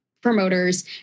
promoters